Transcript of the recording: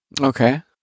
okay